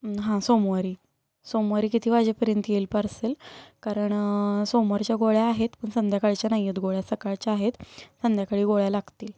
हां सोमवारी सोमवारी किती वाजेपर्यंत येईल पार्सल कारण सोमवारच्या गोळ्या आहेत पण संध्याकाळच्या नाही आहेत गोळ्या सकाळच्या आहेत संध्याकाळी गोळ्या लागतील